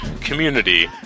community